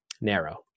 narrow